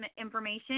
information